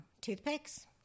toothpicks